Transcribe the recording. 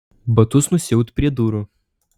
batus nusiaut prie durų